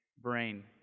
brain